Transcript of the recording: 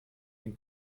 den